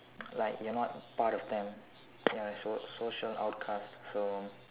like you're not part of them ya so~ social outcast so